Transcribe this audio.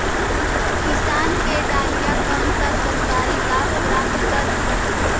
किसान के डालीय कोन सा सरकरी लाभ प्राप्त कर सकली?